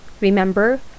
Remember